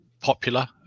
popular